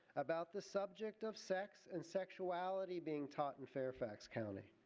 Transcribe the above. about the subject of sex and sexuality being taught in fairfax county.